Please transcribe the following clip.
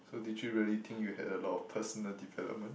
so did you really think you had a lot of personal development